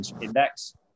index